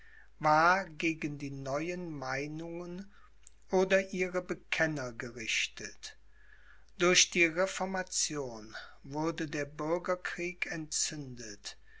war gegen die neuen meinungen oder ihre bekenner gerichtet durch die reformation wurde der bürgerkrieg entzündet